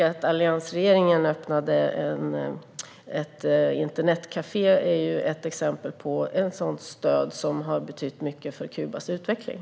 Att alliansregeringen öppnade ett internetkafé är ett exempel på stöd som har betytt mycket för Kubas utveckling.